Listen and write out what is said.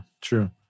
true